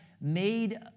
made